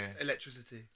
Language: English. Electricity